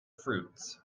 fruits